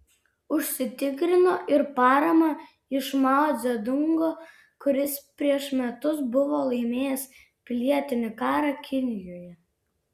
užsitikrino ir paramą iš mao dzedungo kuris prieš metus buvo laimėjęs pilietinį karą kinijoje